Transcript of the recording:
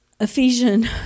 Ephesians